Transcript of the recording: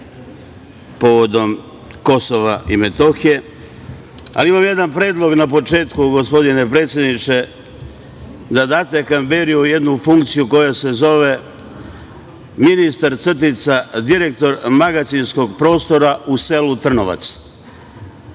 povodom Kosova i Metohije, ali imam jedan predlog na početku, gospodine predsedničke, da date Kamberiju jednu funkciju koja se zove ministar crtica direktor magacinskog prostora u selu Trnovac.